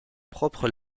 propre